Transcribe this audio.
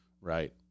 right